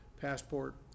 passport